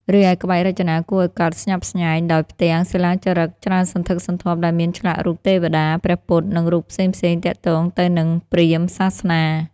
រីឯក្បាច់រចនាគួរអោយកោតស្ញប់ស្ញែងដោយផ្ទាំង សិលាចារឹក ច្រើនសន្ធឹកសន្ធាប់ដែលមានឆ្លាក់រូបទេវតា ព្រះពុទ្ធ និងរូបផ្សេងៗទាក់ទងទៅនិងព្រាហ្មណ៍សាសនា ។